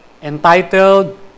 Entitled